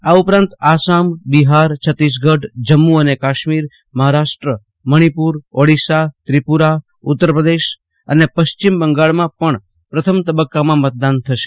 આ ઉપરાંત આસામ બિહાર છત્તીસગઢ જમ્મુ અને કાશ્મીર મહારાષ્ટ્ર મશ્નિપુર ઓડીશા ત્રિપુરા ઉત્તરપ્રદેશ અને પશ્ચિમ બંગાળમાં પણ પ્રથમ તબક્કામાં મતદાન થશે